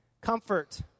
comfort